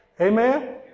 Amen